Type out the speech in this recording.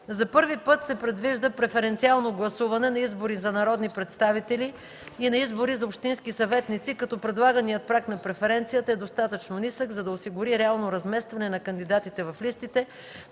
За първи път се предвижда преференциално гласуване на избори за народни представители и на избори за общински съветници, като предлаганият праг на преференцията е достатъчно нисък, за да осигури реално разместване на кандидатите в листите